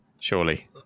surely